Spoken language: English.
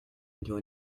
into